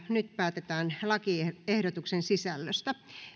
nyt päätetään lakiehdotuksen sisällöstä